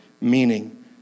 meaning